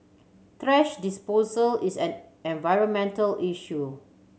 thrash disposal is an environmental issue